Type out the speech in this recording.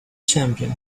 champion